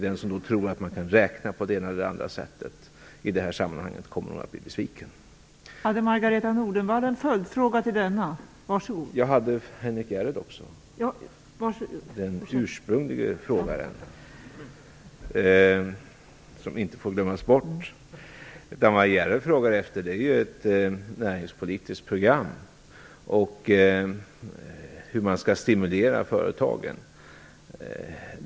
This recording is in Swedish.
Den som tror att man kan räkna på det ena eller andra sättet i det här sammanhanget kommer nog att bli besviken. Henrik S Järrel frågar efter ett näringspolitiskt program och hur man skall stimulera företagen.